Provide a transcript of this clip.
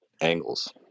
angles